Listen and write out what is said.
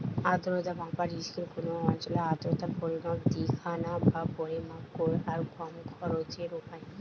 আর্দ্রতা মাপার স্কেল কুনো অঞ্চলের আর্দ্রতার পরিমাণ দিখানা বা পরিমাপ কোরার কম খরচের উপায়